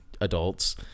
adults